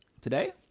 today